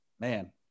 man